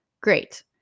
Great